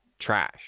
trash